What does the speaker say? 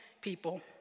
people